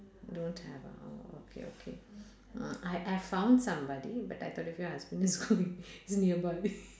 don't have ah oh okay okay uh I I've found somebody but I thought if your husband is going it's nearby